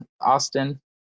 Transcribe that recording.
Austin